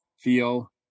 feel